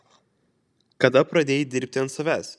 kada pradėjai dirbti ant savęs